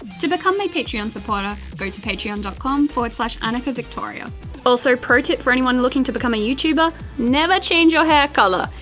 to become my patreon supporter, go to patreon dot com slash annikavictoria also protip for anyone looking to become a youtuber never change your hair colour.